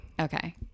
Okay